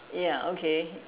ya okay